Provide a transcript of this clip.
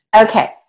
Okay